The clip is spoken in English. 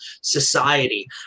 society